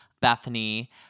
Bethany